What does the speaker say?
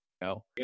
No